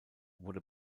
wurde